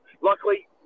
Luckily